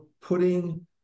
putting